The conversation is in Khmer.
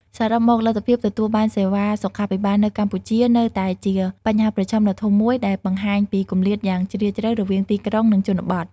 សរុបមក លទ្ធភាពទទួលបានសេវាសុខាភិបាលនៅកម្ពុជានៅតែជាបញ្ហាប្រឈមដ៏ធំមួយ ដែលបង្ហាញពីគម្លាតយ៉ាងជ្រាលជ្រៅរវាងទីក្រុង និងជនបទ។